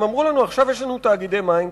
הם אמרו לנו: עכשיו יש לנו תאגידי מים,